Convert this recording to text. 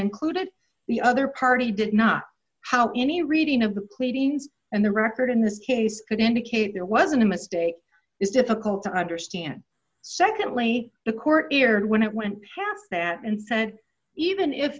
included the other party did not how any reading of the pleadings and the record in this case could indicate there wasn't a mistake is difficult to understand secondly the court ear when it went past that and sent even if